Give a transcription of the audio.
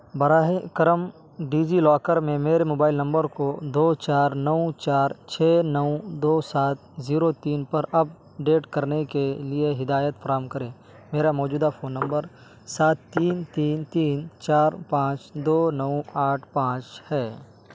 براہ کرم DigiLocker میں میرے موبائل نمبر کو دو چار نو چار چھ نو دو سات زیرو تین پر اپڈیٹ کرنے کے لیے ہدایت فراہم کریں میرا موجودہ فون نمبر سات تین تین تین چار پانچ دو نو آٹھ پانچ ہے